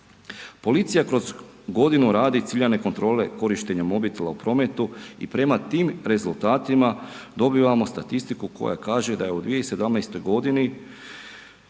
Policija kroz godinu radi ciljane kontrole korištenja mobitela u prometu i prema tim rezultatima, dobivamo statistiku koja kaže da u 2017. g. na